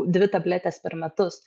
dvi tabletės per metus